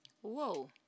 Whoa